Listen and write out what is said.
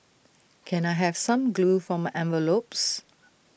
can I have some glue for my envelopes